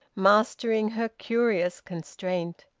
mastering her curious constraint.